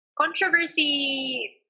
Controversy